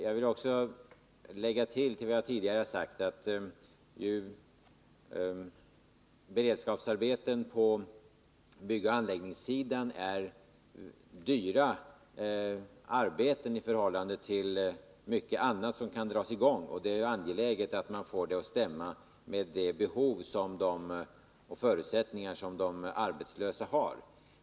Jag vill också till det som jag tidigare sagt lägga att beredskapsarbeten på byggoch anläggningssidan är dyra i förhållande till mycket annat som kan drasi gång, och det är angeläget att få satsningarna att stämma med de behov och förutsättningar som de arbetslösa har.